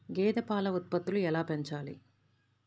గేదె పాల ఉత్పత్తులు ఎలా పెంచాలి?